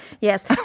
Yes